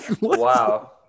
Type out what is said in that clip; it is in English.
Wow